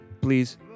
Please